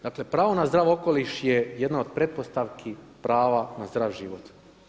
Dakle, pravo na zdrav okoliš je jedna od pretpostavki prava na zdrav život.